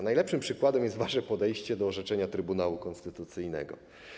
Najlepszym przykładem jest wasze podejście do orzeczenia Trybunału Konstytucyjnego.